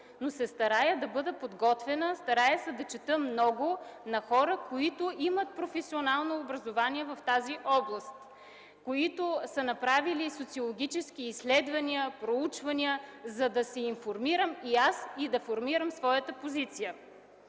не е често, да бъда подготвена. Старая се да чета много – на хора, които имат професионално образование в тази област, които са направили социологически изследвания, проучвания, за да се информирам и да формирам своята позиция.